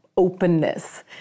openness